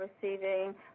receiving